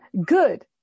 good